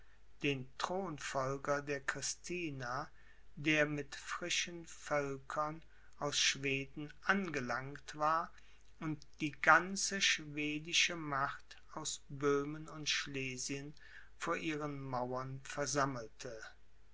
den thronfolger der christina der mit frischen völkern aus schweden angelangt war und die ganze schwedische macht aus böhmen und schlesien vor ihren mauern versammelte